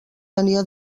tenia